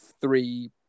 three